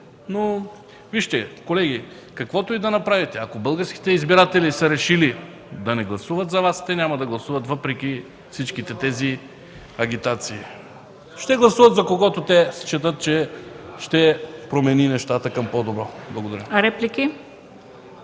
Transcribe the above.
са ясни. Колеги, каквото и да направите, ако българските избиратели са решили да не гласуват за Вас, те няма да гласуват, въпреки всичките тези агитации. Ще гласуват за този, когото считат, че ще промени нещата към по-добро. Благодаря.